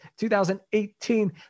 2018